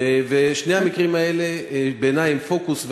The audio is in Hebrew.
ושני המקרים האלה, בעיני, הם בפוקוס.